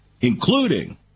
including